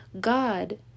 God